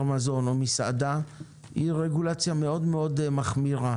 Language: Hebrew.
מזון או מסעדה היא רגולציה מחמירה מאוד,